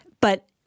But-